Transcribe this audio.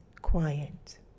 quiet